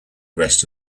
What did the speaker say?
rest